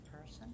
person